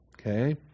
Okay